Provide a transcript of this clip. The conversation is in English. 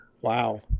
Wow